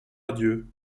adieu